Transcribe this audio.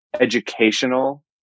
educational